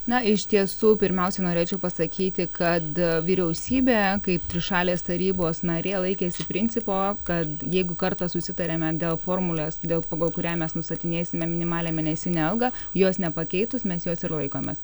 na iš tiesų pirmiausiai norėčiau pasakyti kad vyriausybė kaip trišalės tarybos narė laikėsi principo kad jeigu kartą susitariame dėl formulės dėl pagal kurią mes nustatinėsime minimalią mėnesinę algą jos nepakeitus mes jos ir laikomės